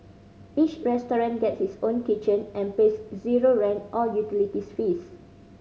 each restaurant gets its own kitchen and pays zero rent or utility fees